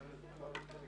זה דו"ח 62 משנת 2012